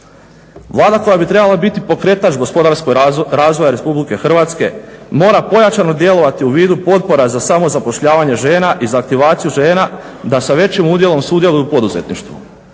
Vlada koja bi trebala biti pokretač gospodarskog razvoja RH mora pojačano djelovati u vidu potpora za samozapošljavanje žena i za aktivaciju žena da sa većim udjelom sudjeluju u poduzetništvu.